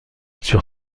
sur